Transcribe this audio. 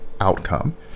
outcome